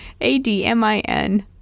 A-D-M-I-N